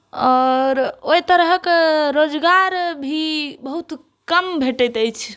आओर ओहि तरहक रोजगार भी बहुत कम भेटैत अछि